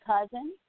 cousin